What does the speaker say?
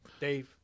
Dave